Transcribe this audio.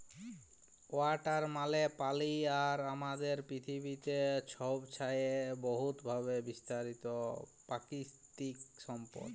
water মালে পালি আর আমাদের পিথিবীতে ছবচাঁয়ে বহুতভাবে বিস্তারিত পাকিতিক সম্পদ